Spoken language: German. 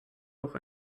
auch